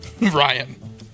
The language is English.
Ryan